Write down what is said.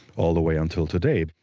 all the way until today.